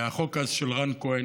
והחוק אז, של רן כהן,